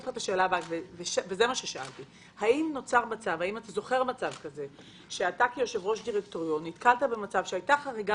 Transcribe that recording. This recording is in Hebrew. האם כיושב-ראש דירקטוריון נתקלת במצב שהייתה חריגה